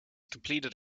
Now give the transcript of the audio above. completed